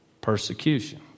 Persecution